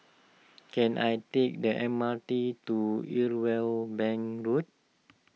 can I take the M R T to Irwell Bank Road